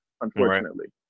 unfortunately